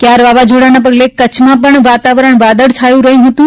ક્યાર વાવાઝોડાના પગલે કચ્છમાં પણ વાતાવરણ વાદળછાયું રહ્યું હતું